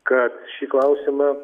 kad šį klausimą